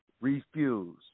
refuse